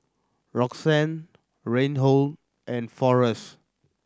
Roxann Reinhold and Forrest